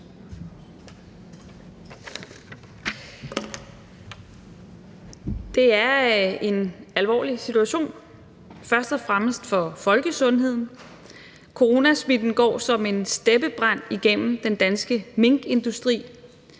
Det er en alvorlig situation først og fremmest for folkesundheden. Coronasmitten går som en steppebrand igennem den danske minkindustri.